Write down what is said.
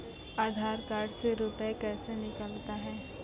आधार कार्ड से रुपये कैसे निकलता हैं?